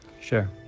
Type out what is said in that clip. Sure